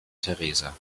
teresa